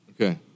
Okay